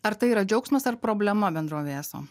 ar tai yra džiaugsmas ar problema bendrovei eso